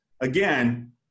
again